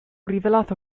rivelato